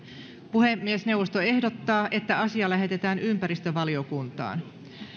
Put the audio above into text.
puhemiesneuvosto ehdottaa että asia lähetetään ympäristövaliokuntaan